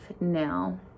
now